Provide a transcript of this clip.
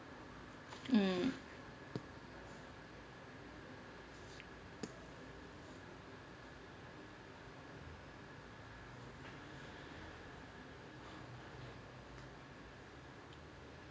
mm